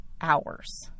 hours